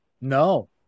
no